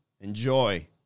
enjoy